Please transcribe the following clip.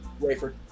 Rayford